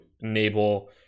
enable